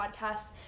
podcast